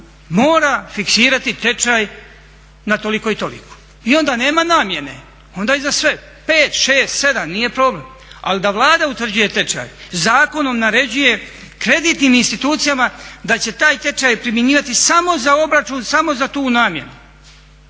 mora fiksirati tečaj na toliko i toliko i onda nema namjene, onda je za sve pet, šest, sedam, nije problem. Ali da Vlada utvrđuje tečaj, zakonom naređuje kreditnim institucijama da će taj tečaj primjenjivati samo za obračun, samo za tu namjenu.